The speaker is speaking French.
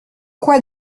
quoi